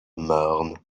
marne